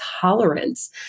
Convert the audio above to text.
tolerance